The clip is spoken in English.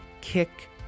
Kick